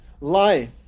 life